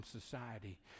society